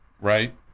right